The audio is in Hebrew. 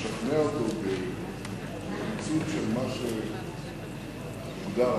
יש עדויות חשובות שבגינן,